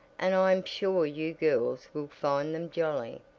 and i am sure you girls will find them jolly.